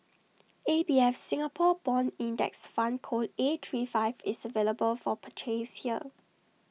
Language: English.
A B F Singapore Bond index fund code A three five is available for purchase here